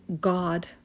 God